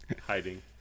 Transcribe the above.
Hiding